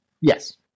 yes